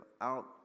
out